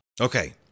Okay